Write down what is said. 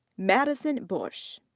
madison busch.